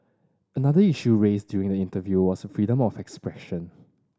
another issue raised during the interview was freedom of expression